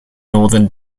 northern